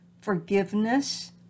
forgiveness